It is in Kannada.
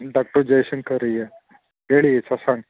ಡಾಕ್ಟರ್ ಜೈ ಶಂಕರ್ ಹಿಯರ್ ಹೇಳಿ ಶಶಾಂಕ್